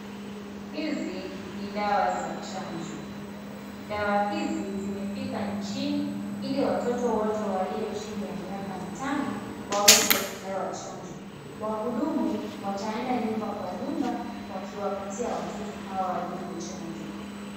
Hizi ni dawa za chanjo, dawa hizi zimefika nchini ili watoto wote walio chini ya miaka mitano waweze kupewa chanjo, wahudumu wataenda nyumba kwa nyumba wakiwapatia hawa wadogo chanjo.